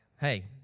hey